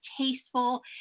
tasteful